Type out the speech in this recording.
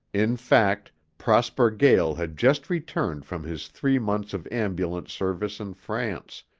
in fact, prosper gael had just returned from his three months of ambulance service in france,